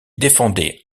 défendait